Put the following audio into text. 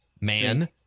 man